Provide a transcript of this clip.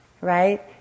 right